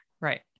right